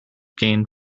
gained